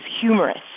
humorous